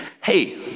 hey